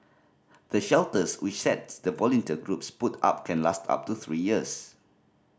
the shelters which the sets of volunteer groups put up can last up to three years